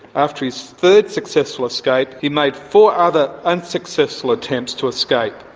after his third successful escape he made four other unsuccessful attempts to escape,